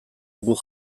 guk